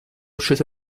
scese